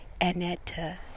Annette